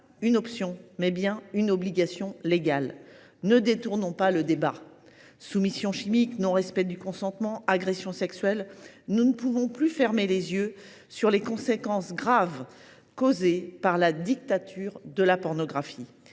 une option, mais bien une obligation légale. Soumission chimique, non respect du consentement, agressions sexuelles… Nous ne pouvons plus fermer les yeux sur les conséquences graves de la dictature de la pornographie.